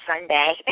Sunday